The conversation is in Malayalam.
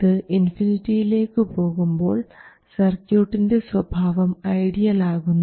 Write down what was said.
ഇത് ഇൻഫിനിറ്റിയിലേക്ക് പോകുമ്പോൾ സർക്യൂട്ടിൻറെ സ്വഭാവം ഐഡിയൽ ആകുന്നു